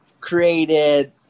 created